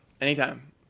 Anytime